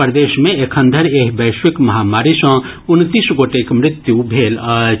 प्रदेश मे एखन धरि एहि वैश्विक महामारी सँ उनतीस गोटेक मृत्यु भेल अछि